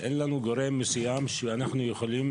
אין לנו גורם מסוים שאנחנו יכולים